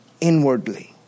inwardly